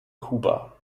kuba